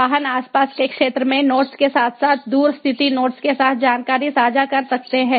वाहन आसपास के क्षेत्र में नोट्स के साथ साथ दूर स्थित नोट्स के साथ जानकारी साझा कर सकते हैं